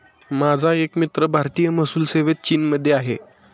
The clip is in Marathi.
माझा एक मित्र भारतीय महसूल सेवेत चीनमध्ये आहे